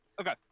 Okay